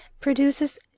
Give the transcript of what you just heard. produces